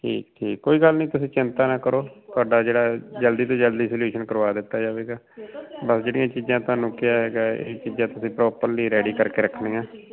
ਠੀਕ ਠੀਕ ਕੋਈ ਗੱਲ ਨਹੀਂ ਤੁਸੀਂ ਚਿੰਤਾ ਨਾ ਕਰੋ ਤੁਹਾਡਾ ਜਿਹੜਾ ਜਲਦੀ ਤੋਂ ਜਲਦੀ ਸਲੂਸ਼ਨ ਕਰਵਾ ਦਿੱਤਾ ਜਾਵੇਗਾ ਬਸ ਜਿਹੜੀਆਂ ਚੀਜ਼ਾਂ ਸਾਨੂੰ ਕਿਹਾ ਹੈਗਾ ਇਹ ਚੀਜ਼ਾਂ ਤੁਸੀਂ ਪ੍ਰੋਪਰਲੀ ਰੈਡੀ ਕਰਕੇ ਰੱਖਣੀਆਂ